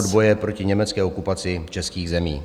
odboje proti německé okupaci českých zemí.